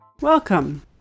Welcome